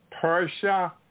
Persia